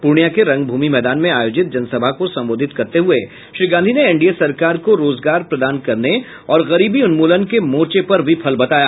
पूर्णियां के रंगभूमि मैदान में आयोजित जनसभा को संबोधित करते हुए श्री गांधी ने एनडीए सरकार को रोजगार प्रदान करने और गरीबी उन्मूलन के मोर्चे पर विफल बताया